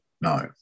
no